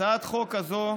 הצעת חוק זו